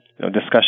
discussion